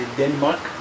denmark